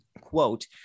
quote